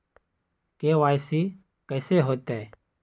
KYC कैसे होतई?